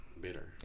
bitter